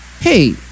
Hey